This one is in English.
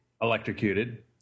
electrocuted